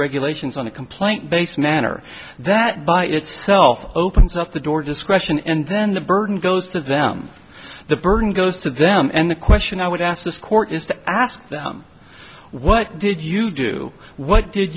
regulations on a complaint based manner that by itself opens up the door discretion and then the burden goes to them the burden goes to them and the question i would ask this court is to ask them what did you do what did